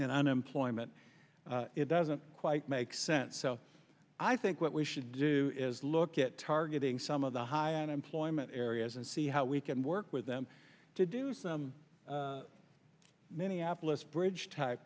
unemployment it doesn't quite make sense so i think what we should do is look at targeting some of the high unemployment areas and see how we can work them to do some minneapolis bridge type